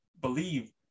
believe